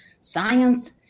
science